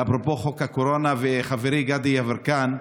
ואפרופו חוק הקורונה וחברי גדי יברקן,